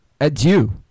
Adieu